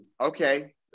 okay